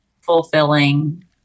fulfilling